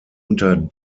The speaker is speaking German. unter